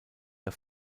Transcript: der